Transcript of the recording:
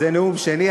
זה נאום שני,